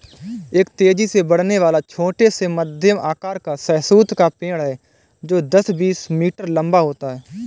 एक तेजी से बढ़ने वाला, छोटा से मध्यम आकार का शहतूत का पेड़ है जो दस, बीस मीटर लंबा होता है